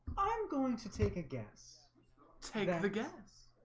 i'm going to take a guess take a guess